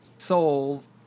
souls